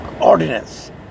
ordinance